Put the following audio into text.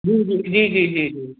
जी जी जी जी जी